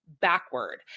backward